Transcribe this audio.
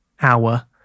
hour